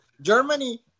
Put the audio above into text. Germany